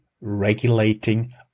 regulating